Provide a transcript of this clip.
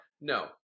no